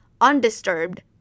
undisturbed